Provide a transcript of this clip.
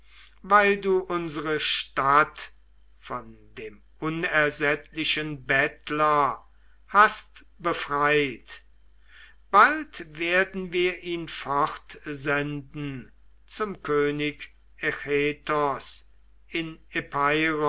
weil du unsere stadt von dem unersättlichen bettler hast befreit bald werden wir ihn fortsenden zum könig echetos in